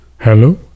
hello